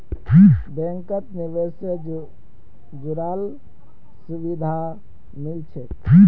बैंकत निवेश से जुराल सुभिधा मिल छेक